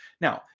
Now